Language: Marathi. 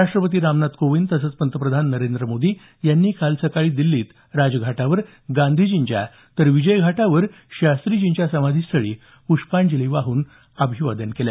राष्ट्रपती रामनाथ कोविंद तसंच पंतप्रधान नरेंद्र मोदी यांनी काल सकाळी दिल्लीत राजघाटावर गांधीजींच्या तर विजयघाटावर शास्त्रीजींच्या समाधीस्थळी पृष्पांजली वाहन अभिवादन केल